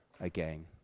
again